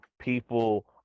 people